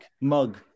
mug